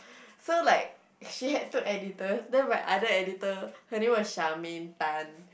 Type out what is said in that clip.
so like she had two editors then my other editor her name was Charmaine-Tan